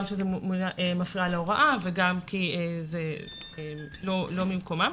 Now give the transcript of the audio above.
גם כי זה מפריע להוראה וגם כי זה לא ממקומם,